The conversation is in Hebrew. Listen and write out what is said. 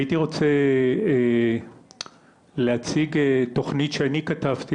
הייתי רוצה להציג תוכנית שאני כתבתי,